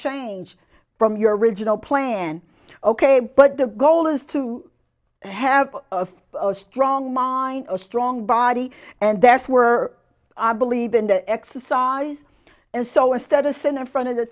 change from your original plan ok but the goal is to have a strong mind a strong body and that's were i believe in the exercise and so instead of sin in front of the